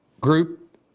group